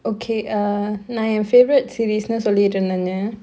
okay err நா என்:naa en favourite series lah சொல்லிட்டு இருந்தென:sollittu irunthena